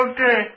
Okay